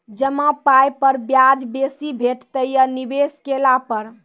जमा पाय पर ब्याज बेसी भेटतै या निवेश केला पर?